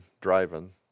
driving